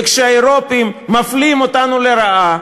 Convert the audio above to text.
וכשהאירופים מפלים אותנו לרעה,